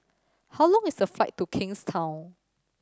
how long is the flight to Kingstown